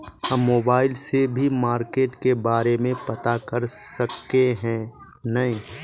हम मोबाईल से भी मार्केट के बारे में पता कर सके है नय?